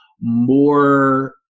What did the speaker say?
more